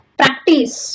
practice